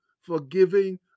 forgiving